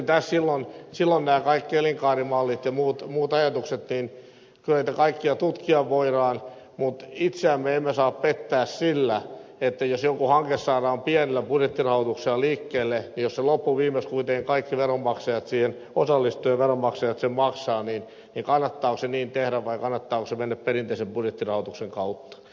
silloin näitä kaikkia elinkaarimalleja ja muita ajatuksia voidaan kyllä tutkia mutta itseämme emme saa pettää sillä jos joku hanke saadaan pienellä budjettirahoituksella liikkeelle niin jos loppuviimeksi kuitenkin kaikki veronmaksajat siihen osallistuvat ja veronmaksajat sen maksavat kannattaako se niin tehdä vai kannattaako mennä perinteisen budjettirahoituksen kautta